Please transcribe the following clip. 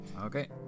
Okay